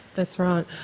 that's right.